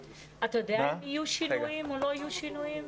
אתה יודע אם יהיו שינויים או לא יהיו שינויים?